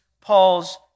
Paul's